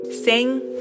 Sing